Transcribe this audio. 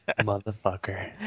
Motherfucker